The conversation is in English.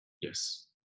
Yes